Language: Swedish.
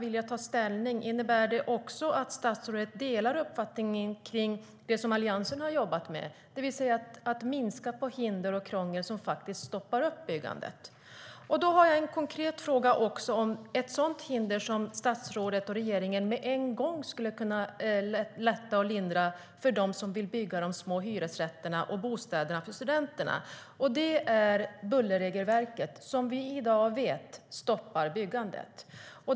Innebär det också att statsrådet delar uppfattningen om det som Alliansen har jobbat med, det vill säga att minska på hinder och krångel som faktiskt stoppar upp byggandet? Jag har en konkret fråga om ett sådant hinder som statsrådet och regeringen med en gång skulle kunna lätta och lindra för dem som vill bygga små hyresrätter och bostäder för studenter. Det handlar om bullerregelverket som vi i dag vet stoppar byggandet.